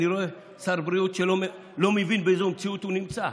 אני רואה שר בריאות שלא מבין באיזו מציאות הוא נמצא.